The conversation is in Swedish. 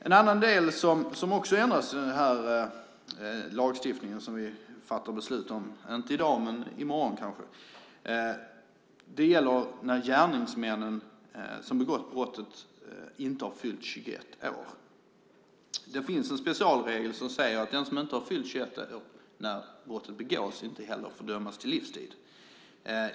En annan del som också ändras i den lagstiftning som vi antagligen ska fatta beslut om i morgon gäller när de gärningsmän som har begått brottet inte har fyllt 21 år. Det finns en specialregel som säger att den som inte har fyllt 21 år när brottet begås inte heller får dömas till livstid.